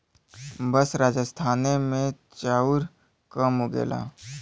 बस राजस्थाने मे चाउर कम उगेला